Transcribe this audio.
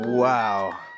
Wow